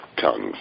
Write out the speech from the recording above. tongues